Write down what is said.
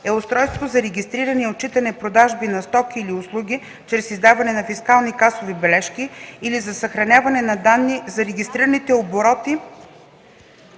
е устройство за регистриране и отчитане продажби на стоки или услуги чрез издаване на фискални касови бележки и за съхраняване на данни за регистрираните обороти